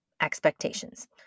expectations